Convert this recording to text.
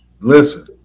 listen